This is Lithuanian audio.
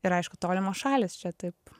ir aišku tolimos šalys čia taip